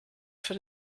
von